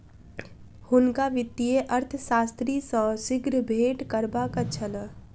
हुनका वित्तीय अर्थशास्त्री सॅ शीघ्र भेंट करबाक छल